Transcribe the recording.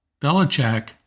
Belichick